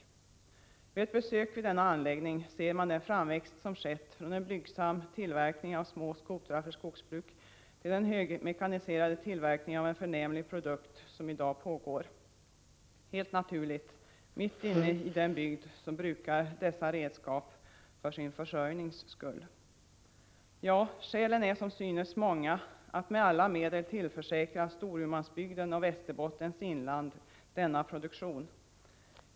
Vid ett besök S LER e Mekaniska erksta på denna anläggning ser man den framväxt som har skett från en blygsam tillverkning av små skotrar för skogsbruk till den högmekaniserade tillverkning av en förnämlig produkt som i dag pågår. Det är helt naturligt att denna tillverkning ligger mitt inne i den bygd där människor brukar dessa redskap för sin försörjning. Ja, skälen är som synes många att med alla medel tillförsäkra Storumanbygden och Västerbottens inland denna produktion.